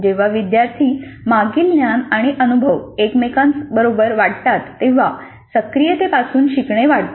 जेव्हा विद्यार्थी मागील ज्ञान आणि अनुभव एकमेकांबरोबर वाटतात तेव्हा सक्रियतेपासून शिकणे वाढते